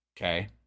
Okay